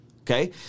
Okay